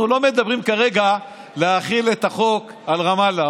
אנחנו לא מדברים כרגע להחיל את החוק על רמאללה,